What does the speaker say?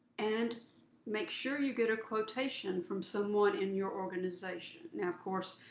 and make sure you get a quotation from someone in your organization. now, of course,